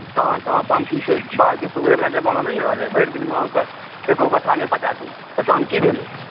तहन तऽ अहाँ पम्पीसेट बाल्टीसँ उघै वला जमाना नहि ने रहलै भरि दिनमे अहाँकेँ एको कठ्ठा नहि पटा देत तऽ तहन की भेलै